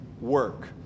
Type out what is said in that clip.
work